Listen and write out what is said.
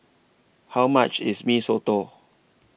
How much IS Mee Soto